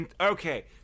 okay